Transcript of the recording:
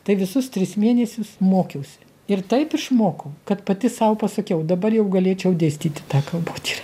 tai visus tris mėnesius mokiausi ir taip išmokau kad pati sau pasakiau dabar jau galėčiau dėstyti tą kalbotyrą